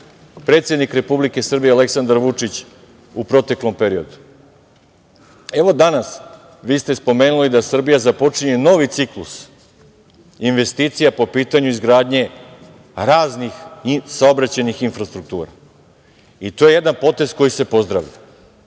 predsednik Republike Srbije Aleksandar Vučić u proteklom periodu. Evo danas vi ste spomenuli da Srbija započinje novi ciklus investicija po pitanju izgradnje raznih saobraćajnih infrastruktura i to je jedan potez koji se pozdravlja.